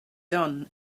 done